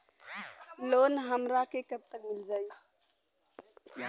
Loan हमरा के कब तक मिल जाई?